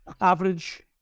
Average